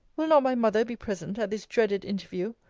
will not my mother be present at this dreaded interview?